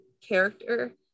character